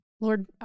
Lord